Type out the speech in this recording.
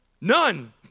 None